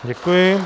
Děkuji.